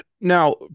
now